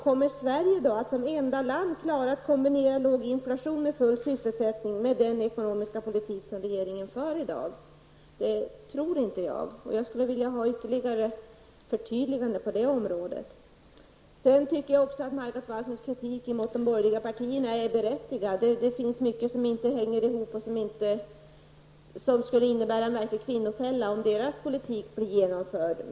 Kommer Sverige att som enda land att klara att kombinera låg inflation med full sysselsättning med den ekonomiska politik som regeringen för i dag? Jag tror inte det. Jag skulle vilja ha ytterligare förtydliganden på det området. Margot Wallströms kritik mot de borgerliga partierna är berättigad. Det finns mycket som inte hänger ihop och som verkligen skulle innebära en kvinnofälla om deras politik blev genomförd.